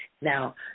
Now